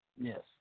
Yes